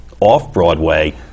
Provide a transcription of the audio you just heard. Off-Broadway